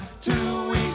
two-weeks